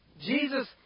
Jesus